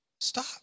Stop